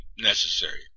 necessary